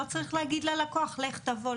לא צריך להגיד ללקוח: לך תבוא,